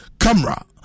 camera